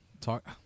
Talk